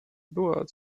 była